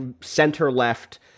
center-left